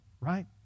right